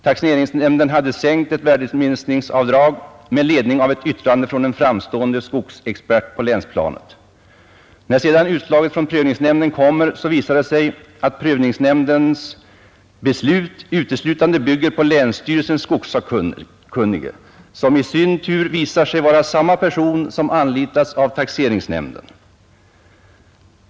Taxeringsnämnden hade sänkt ett värdeminskningsavdrag på skog med ledning av ett yttrande från en framstående skogsexpert på länsplanet. När sedan utslaget från prövningsnämnden kommer visar det sig att prövningsnämndens beslut uteslutande bygger på ”länsstyrelsens skogssakkunnige”, som i sin tur visar sig vara samma person som anlitats av taxeringsnämnden.